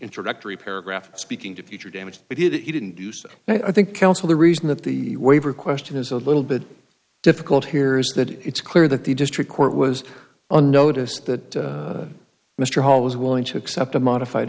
introductory paragraph speaking to future damage but he didn't do so and i think counsel the reason that the waiver question is a little bit difficult here is that it's clear that the district court was on notice that mr hall was willing to accept a modified